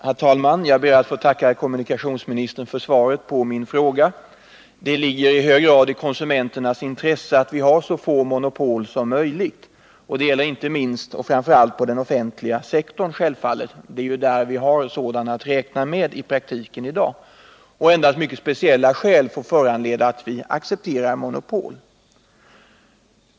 Herr talman! Jag ber att få tacka herr kommunikationsministern för svaret på min fråga. Det ligger i konsumenternas intresse att vi har så få monopol som möjligt. Detta gäller också och inte minst den offentliga sektorn. Det är ju där vi i praktiken har att räkna med sådana monopol i dag. Endast mycket speciella skäl får föranleda att vi accepterar monopol.